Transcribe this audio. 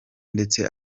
ndetse